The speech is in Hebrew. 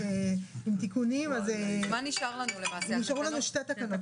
נשארו לנו שתי תקנות,